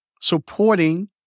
supporting